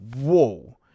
whoa